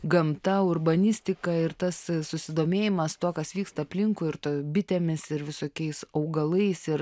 gamta urbanistika ir tas susidomėjimas tuo kas vyksta aplinkui ir bitėmis ir visokiais augalais ir